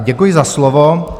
Děkuji za slovo.